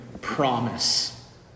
promise